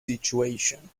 situation